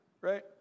right